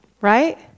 right